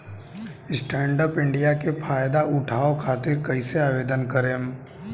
Stand up India के फाइदा उठाओ खातिर कईसे आवेदन करेम?